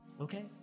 okay